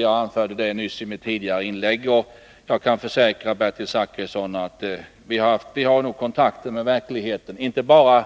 Jag anförde det i mitt tidigare inlägg, och jag kan försäkra Bertil Zachrisson att vi har kontakter med verkligheten. Då menar jag inte bara